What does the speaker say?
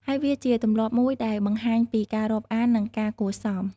ហើយវាជាទម្លាប់មួយដែលបង្ហាញពីការរាប់អាន និងការគួរសម។